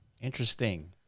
interesting